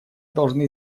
должны